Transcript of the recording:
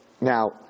now